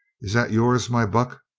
is that yours, my buck?